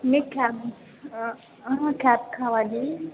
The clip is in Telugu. మీ క్యాబ్ క్యాబ్ కావాలి